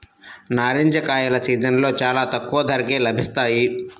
నారింజ కాయల సీజన్లో చాలా తక్కువ ధరకే లభిస్తాయి